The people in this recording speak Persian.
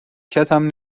کتم